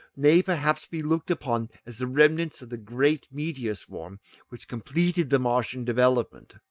may perhaps be looked upon as the remnants of the great meteor-swarm which completed the martian development,